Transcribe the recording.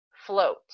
float